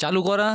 চালু করা